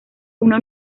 una